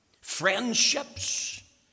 friendships